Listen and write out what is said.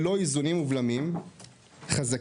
בלא איזונים ובלמים חזקים,